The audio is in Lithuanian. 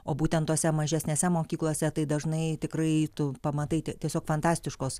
o būtent tose mažesnėse mokyklose tai dažnai tikrai tu pamatai te tiesiog fantastiškos